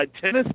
tennis